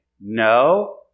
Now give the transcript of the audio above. no